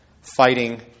fighting